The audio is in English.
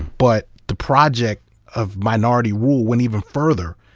but the project of minority rule went even further,